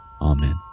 Amen